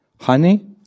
honey